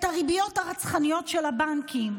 את הריביות הרצחניות של הבנקים,